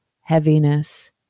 heaviness